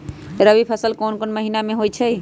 रबी फसल कोंन कोंन महिना में होइ छइ?